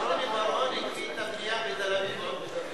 בר-און הקפיא את הבנייה בתל-אביב, ולא בסביון.